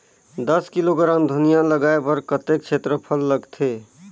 दस किलोग्राम धनिया लगाय बर कतेक क्षेत्रफल लगथे?